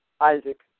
Isaac